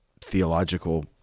theological